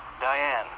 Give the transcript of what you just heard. Diane